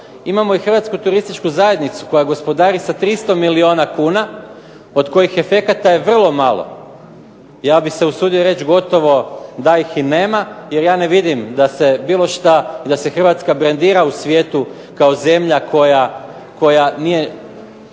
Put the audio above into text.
Imamo i Hrvatsku turističku zajednicu koja gospodari sa 300 milijuna kuna, od kojih efekata je vrlo malo, ja bih se usudio reći gotovo da ih i nema, jer ja ne vidim da se bilo šta, da se Hrvatska brandira u svijetu kao zemlja koja nije,